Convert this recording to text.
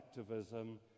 activism